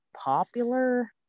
popular